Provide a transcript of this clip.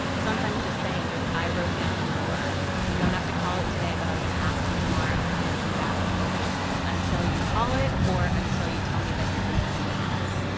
sometimes just saying like, i wrote down a number you don't have to call it today, but i'm going to ask you tomorrow, and i'm going to keep asking you until you call it or until you tell me that you're doing something else. yeah